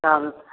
तबसँ